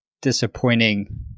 disappointing